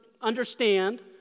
understand